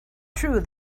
true